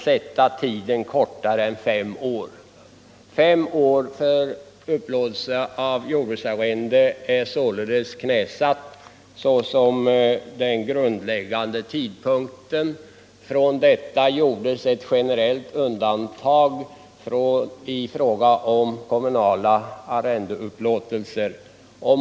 Fem år är således knäsatt såsom den grundläggande avtalsperioden för upplåtelse av jordbruksarrende. Från detta gjordes ett generellt undantag i fråga om kommunala arrendeupplåtelser.